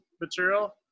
material